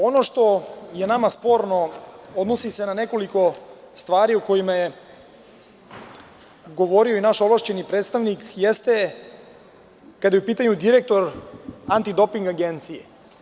Ono što je nama sporno, odnosi se na nekoliko stvari o kojima je govorio inaš ovlašćeni predstavnik, jeste kada je u pitanju direktor Antidoping agencije.